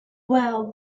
well